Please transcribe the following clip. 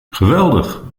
geweldig